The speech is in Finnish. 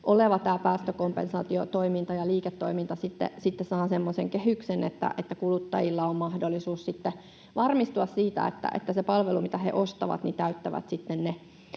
oleva päästökompensaatiotoiminta ja liiketoiminta saadaan semmoiseen kehykseen, että kuluttajilla on mahdollisuus varmistua siitä, että se palvelu, mitä he ostavat, täyttää